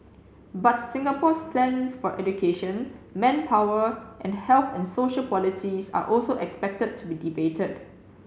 but Singapore's plans for education manpower and health and social policies are also expected to be debated